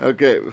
Okay